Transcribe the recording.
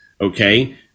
okay